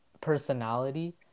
personality